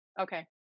okay